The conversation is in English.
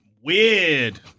Weird